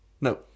No